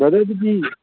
brother ꯑꯗꯨꯗꯤ